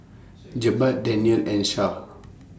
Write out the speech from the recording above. Jebat Daniel and Syah